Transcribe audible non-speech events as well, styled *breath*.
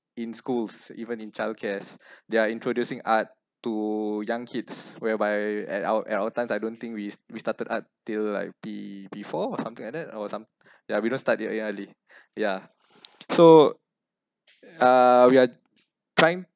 in schools even in childcares *breath* they are introducing art to young kids whereby at our at our times I don't think we we started art till like be before or something like that or some *breath* yeah we don't start that that early *breath* yeah so uh we are trying